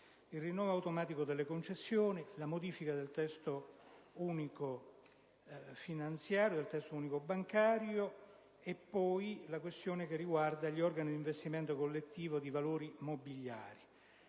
al rinnovo automatico delle concessioni, alla modifica del Testo unico finanziario, e poi alla questione che riguarda gli organi di investimento collettivo di valori mobiliari.